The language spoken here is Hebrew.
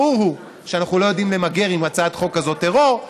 ברור שאנחנו לא יודעים למגר עם הצעת החוק הזאת טרור,